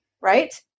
right